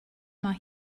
mae